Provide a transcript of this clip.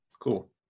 Cool